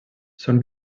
són